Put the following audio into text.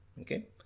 Okay